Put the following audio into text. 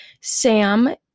Sam